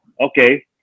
okay